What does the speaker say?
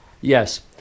Yes